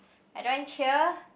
I joined cheer